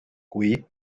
kui